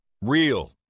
REAL